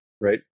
right